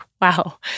wow